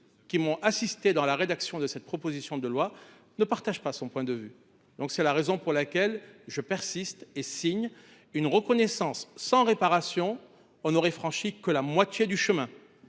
qui m’ont assisté dans la rédaction de cette proposition de loi, ne partagent pas son point de vue. C’est la raison pour laquelle je persiste et je signe. En adoptant une reconnaissance sans réparation, on ne parcourra que la moitié du chemin